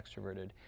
extroverted